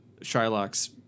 Shylock's